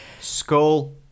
Skull